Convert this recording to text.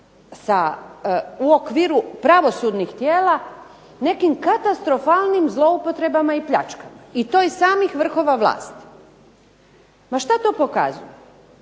u okviru pravosudnih tijela nekim katastrofalnim zloupotrebama i pljačkama i to iz samih vrhova vlasti. Ma što to pokazuje?